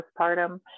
postpartum